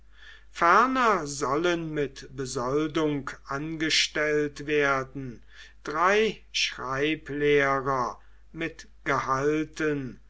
ferner sollen mit besoldung angestellt werden drei schreiblehrer mit gehalten